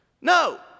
No